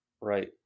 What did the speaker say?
right